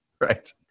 Right